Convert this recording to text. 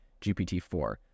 GPT-4